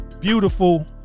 beautiful